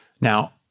Now